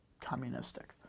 communistic